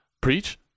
preach